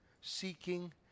seeking